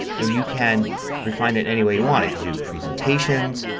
and you can refine it anyway you want. i can do presentations,